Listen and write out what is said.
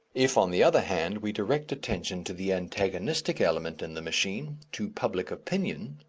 if, on the other hand, we direct attention to the antagonistic element in the machine, to public opinion,